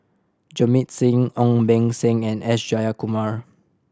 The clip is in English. Jamit Singh Ong Beng Seng and S Jayakumar